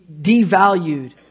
devalued